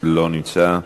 לא נמצא.